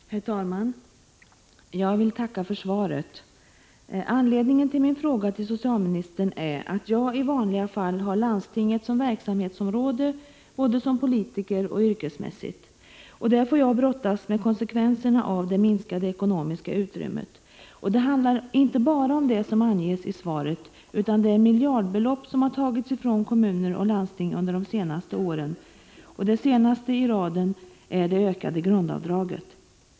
Herr talman! Jag vill tacka för svaret. Anledningen till min fråga till socialministern är att jag i vanliga fall har landstinget som verksamhetsområde, både som politiker och yrkesmässigt. Där får jag brottas med konsekvenserna av det minskade ekonomiska utrymmet. Det gäller inte bara det som anges i svaret. Under de senaste åren har miljardbelopp tagits från kommuner och landsting. Det senaste i raden är det ökade grundavdraget.